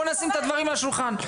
בוא נשים את הדברים על השולחן.